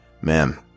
man